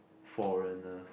foreigners